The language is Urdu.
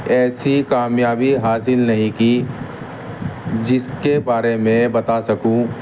ایسی کامیابی حاصل نہیں کی جس کے بارے میں بتا سکوں